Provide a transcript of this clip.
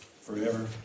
forever